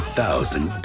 thousand